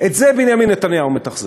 את זה בנימין נתניהו מתחזק.